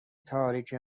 تاریک